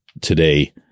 today